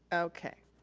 okay,